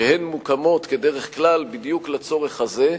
שהן מוקמות כדרך כלל בדיוק לצורך הזה,